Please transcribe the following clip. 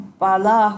bala